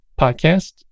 podcast